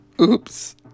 oops